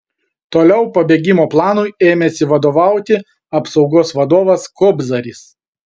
toliau pabėgimo planui ėmėsi vadovauti apsaugos vadovas kobzaris